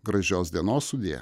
gražios dienos sudie